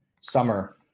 summer